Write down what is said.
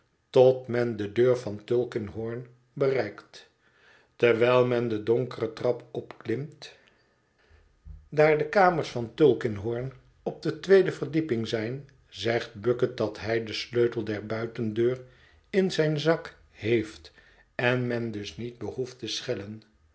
tot men de deur van tulkinghorn bereikt terwijl men de donkere trap opklimt daar de kamers van tulkinghorn op de tweede verdieping zijn zegt bucket dat hij den sleutel der buitendeur in zijn zak heeft en men dus niet behoeft te schellen